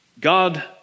God